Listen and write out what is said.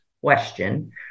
question